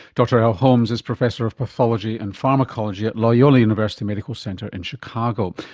dr earle holmes is professor of pathology and pharmacology at loyola university medical center in chicago.